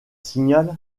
signal